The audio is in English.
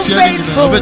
faithful